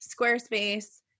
Squarespace